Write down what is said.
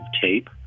tape